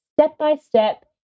step-by-step